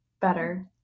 better